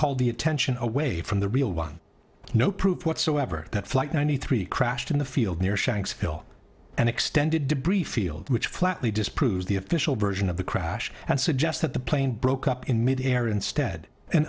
called the attention away from the real one no proof whatsoever that flight ninety three crashed in the field near shanksville an extended debris field which flatly disproves the official version of the crash and suggests that the plane broke up in midair instead an